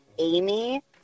Amy